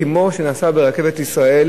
כמו שזה נעשה ברכבת ישראל,